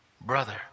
brother